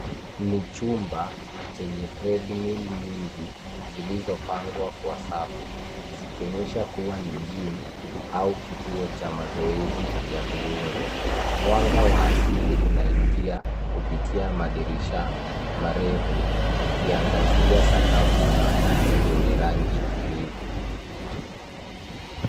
Ni chumba chenye treadmill nyingi zilizopangwa kwa safu zikionyesha kuwa ni gym au kituo cha mazoezi ya viungo. Mwanga wa asili unaingia kupitia madirisha marefu ukiangazia sakafu na kuta zenye rangi tulivu.